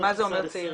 מה זה אומר צעירים?